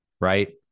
Right